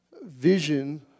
vision